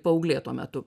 paauglė tuo metu